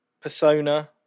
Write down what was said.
Persona